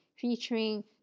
featuring